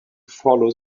follow